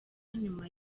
nyuma